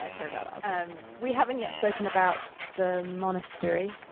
ah turned out awesome. we haven't yet spoken about the monastery.